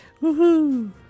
Woohoo